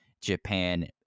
Japan